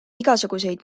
igasuguseid